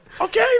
okay